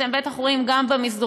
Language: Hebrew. אתם בטח רואים גם במסדרונות,